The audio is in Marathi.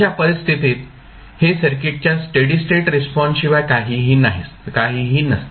अशा परिस्थितीत हे सर्किटच्या स्टेडी स्टेट रिस्पॉन्स शिवाय काही नसते